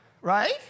right